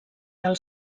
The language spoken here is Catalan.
del